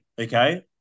okay